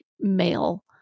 male